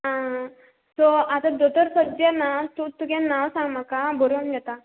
आं सो आतां दोतोर सद्या ना तूं तुगे नांव सांग म्हाका बरोवन घेता